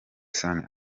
sunny